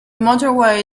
motorway